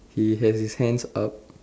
he has his hands up